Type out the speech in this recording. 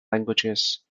languages